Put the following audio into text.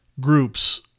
groups